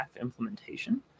implementation